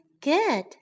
good